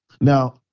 Now